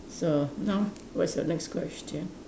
so now what is your next question